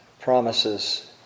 promises